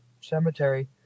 Cemetery